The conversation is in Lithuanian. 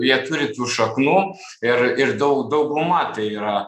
jie turi tų šaknų ir ir dau dauguma tai yra